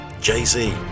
Jay-Z